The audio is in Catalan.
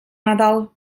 nadal